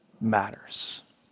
matters